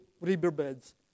riverbeds